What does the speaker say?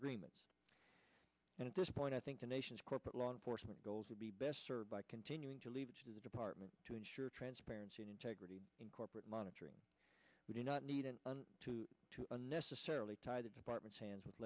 agreements and at this point i think the nation's corporate law enforcement goals would be best served by continuing to leave it to the department to ensure transparency and integrity in corporate monitoring we do not need to unnecessarily tie the departments hands